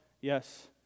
yes